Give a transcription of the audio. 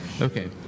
Okay